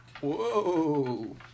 Whoa